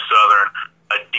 Southern